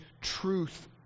truth